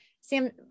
Sam